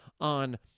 on